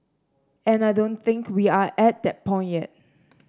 and I don't think we are at that point yet